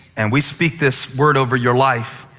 and we speak this word over your life.